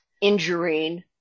injuring